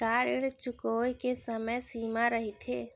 का ऋण चुकोय के समय सीमा रहिथे?